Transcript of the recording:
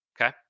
Okay